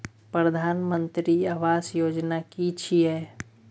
प्रधानमंत्री आवास योजना कि छिए?